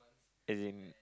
as in